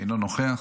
אינו נוכח,